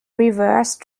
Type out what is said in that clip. reverse